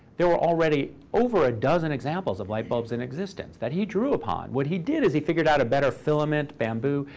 there were already over a dozen examples of light bulbs in existence that he drew upon. what he did is he figured out a better filament, bamboo,